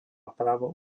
právo